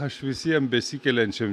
aš visiem besikeliančiem